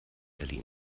elli